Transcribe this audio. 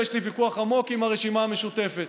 ויש לי ויכוח עמוק עם הרשימה המשותפת,